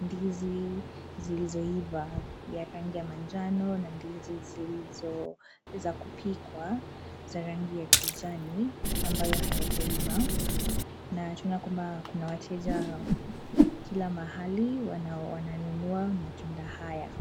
ndizi zilizoiva za rangi ya manjano na ndizi za kupikwa za rangi ya kijani ambazo hazijaiva. Tunawaona wateja kila mahali wanaonunua matunda haya.